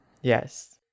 Yes